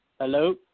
Hello